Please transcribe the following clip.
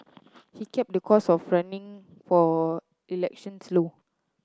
he kept the cost of running for elections low